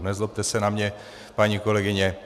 Nezlobte se na mě, paní kolegyně.